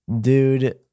Dude